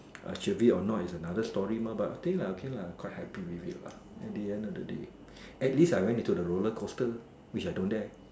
uh should be anot it's another story mah but I think lah okay lah quite happy with it lah at the end of the day at least I went into the roller coaster which I don't dare